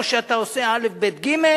או שאתה עושה א', ב', ג',